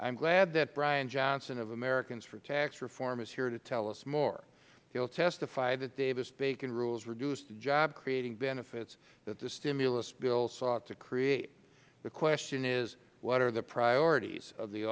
am glad that brian johnson of americans for tax reform is here to tell us more he will testify that davis bacon rules reduced the jobs creating benefits that the stimulus bill sought to create the question is what are the priorities of the